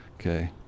Okay